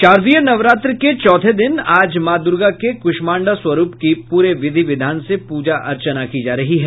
शारदीय नवरात्र के चौथे दिन आज मां दुर्गा के कूष्मांडा स्वरूप की पूरे विधि विधान से पूजा अर्चना की जा रही है